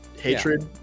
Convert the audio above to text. hatred